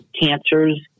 cancers